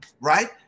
right